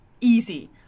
easy